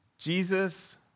Jesus